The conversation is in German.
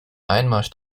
einmarsch